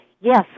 Yes